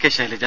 K Shailaja